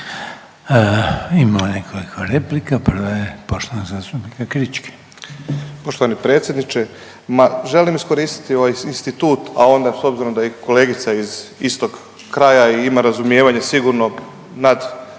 Imamo nekoliko replika. Prva je poštovana zastupnika Kričke. **Krička, Marko (SDP)** Poštovani predsjedniče ma želim iskoristiti ovaj institut, a onda s obzirom da je i kolegica iz istog kraja, ima razumijevanje sigurno